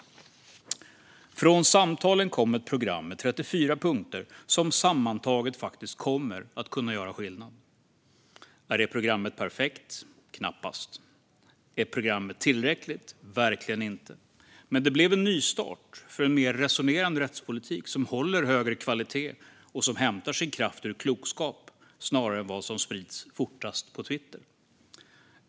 Från samtalen kom ett program med 34 punkter som sammantaget faktiskt kommer att kunna göra skillnad. Är detta program perfekt? Knappast. Är programmet tillräckligt? Verkligen inte. Men det blev en nystart för en mer resonerande rättspolitik som håller högre kvalitet och hämtar sin kraft ur klokskap snarare än ur vad som sprids fortast på Twitter.